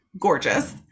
gorgeous